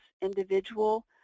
individual